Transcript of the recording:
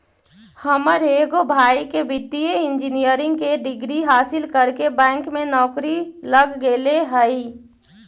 हमर एगो भाई के वित्तीय इंजीनियरिंग के डिग्री हासिल करके बैंक में नौकरी लग गेले हइ